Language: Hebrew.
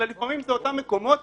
אלא לפעמים זה אותם מקומות